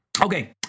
okay